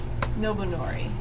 Nobunori